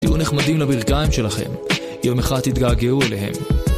תהיו נחמדים לברכיים שלכם יום אחד תתגעגעו אליהם